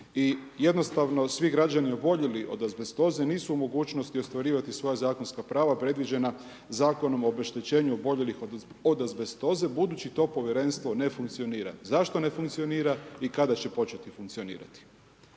i jednostavno svi građani oboljeli od azbestoze nisu u mogućnosti ostvarivati svoja zakonska prava predviđena Zakonom o obeštećenju oboljelih od azbestoze budući to Povjerenstvo ne funkcionira. Zašto ne funkcionira i kada će početi funkcionirati?